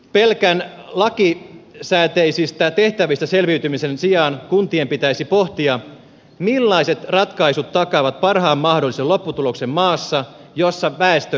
pelkän lakisääteisistä tehtävistä selviytymisen sijaan kuntien pitäisi pohtia millaiset ratkaisut takaavat parhaan mahdollisen lopputuloksen maassa jossa väestö ikääntyy vauhdilla